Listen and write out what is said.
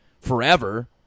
forever